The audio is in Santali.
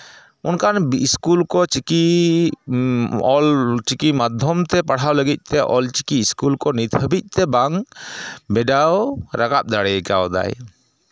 ᱚᱱᱠᱟᱱ ᱤᱥᱠᱩᱞ ᱠᱚ ᱪᱤᱠᱤ ᱚᱞᱪᱤᱠᱤ ᱢᱟᱫᱽᱫᱷᱚᱢ ᱛᱮ ᱯᱟᱲᱦᱟᱣ ᱞᱟᱹᱜᱤᱫ ᱛᱮ ᱚᱞᱪᱤᱠᱤ ᱤᱥᱠᱩᱞ ᱠᱚ ᱱᱤᱛ ᱦᱟᱹᱵᱤᱡᱛᱮ ᱵᱟᱝ ᱵᱤᱰᱟᱣ ᱨᱟᱠᱟᱵ ᱫᱟᱲᱮ ᱠᱟᱣᱫᱟᱭ